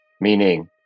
Meaning